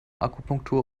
akupunktur